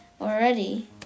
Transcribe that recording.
already